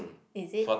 is it